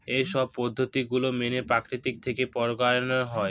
এইসব পদ্ধতি গুলো মেনে প্রকৃতি থেকে পরাগায়ন হয়